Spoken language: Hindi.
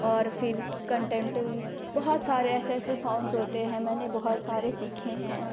और फिर कन्टेम्पररी बहुत सारे ऐसे ऐसे फ़ॉर्म्स होते हैं मैंने बहुत सारे सीखे हैं